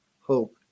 hope